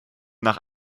nach